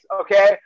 okay